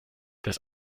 des